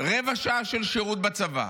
רבע שעה של שירות בצבא,